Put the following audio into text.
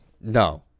No